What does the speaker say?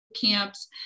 Camps